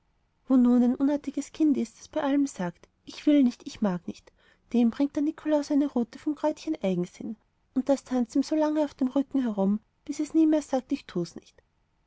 nun ein unartiges kind ist das bei allem sagt ich will nicht ich mag nicht dem bringt der nikolaus eine rute vom kräutchen eigensinn und das tanzt ihm dann solange auf dem rücken herum bis es nie mehr sagt ich tu's nicht